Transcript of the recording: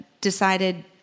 decided